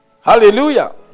Hallelujah